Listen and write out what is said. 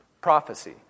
prophecy